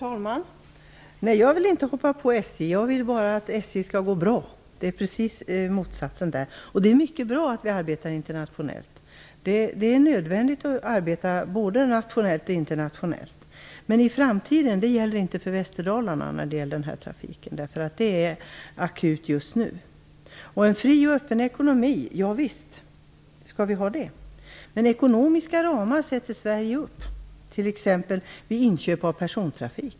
Herr talman! Jag vill inte hoppa på SJ. Jag vill bara att SJ skall gå bra. Det är en definitivt motsatt inriktning. Det är mycket bra att vi arbetar internationellt. Det är nödvändigt att arbeta både nationellt och internationellt. Men synpunkterna på framtiden gäller inte för dagens trafik i Västerdalarna, där problemen är akuta just nu. Visst skall vi vidare ha en fri och öppen ekonomi, men Sverige sätter upp ekonomiska ramar t.ex. vid inköp av persontrafik.